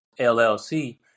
LLC